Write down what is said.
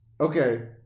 okay